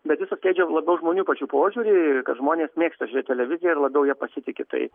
bet jis atskleidžia labiau žmonių pačių požiūrį kad žmonės mėgsta žiūrėti televiziją ir labiau ja pasitiki tai